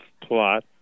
plot